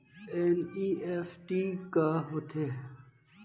NEFT का होथे?